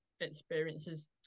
experiences